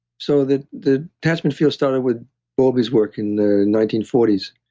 so the the attachment field started with bowlby's work in the nineteen forty s.